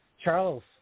Charles